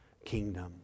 kingdom